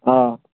অঁ